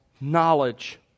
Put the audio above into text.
knowledge